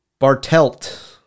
Bartelt